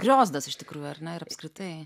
griozdas iš tikrųjų ar ne ir apskritai